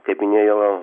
kaip minėjo